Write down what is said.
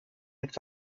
mit